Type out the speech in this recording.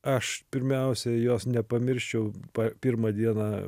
aš pirmiausia jos nepamirščiau pirmą dieną